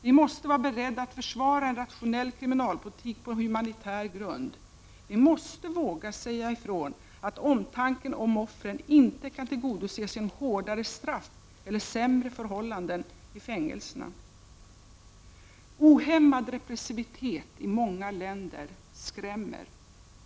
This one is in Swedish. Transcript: Vi måste vara beredda att försvara en rationell kriminalpolitik på humanitär grund. Vi måste våga säga ifrån, att omtanken om offren inte kan tillgodoses genom hårdare straff eller sämre förhållanden i fängelserna. Ohämmad repressivitet i många länder skrämmer.